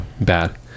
bad